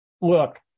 Look